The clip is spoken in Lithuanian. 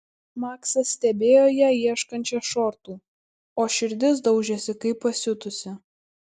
maksas stebėjo ją ieškančią šortų o širdis daužėsi kaip pasiutusi